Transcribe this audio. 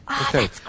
Okay